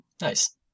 Nice